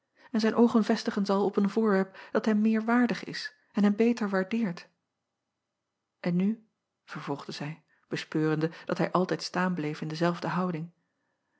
en zijn oogen vestigen zal op een voorwerp dat hem meer waardig is en hem beter waardeert n nu vervolgde zij bespeurende dat hij altijd staan bleef in dezelfde houding